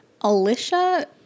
Alicia